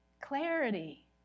clarity